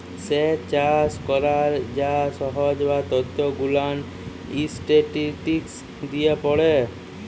স্যেচ চাষ ক্যরার যা সহব ত্যথ গুলান ইসট্যাটিসটিকস দিয়ে পড়ে